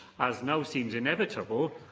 as now seems inevitable,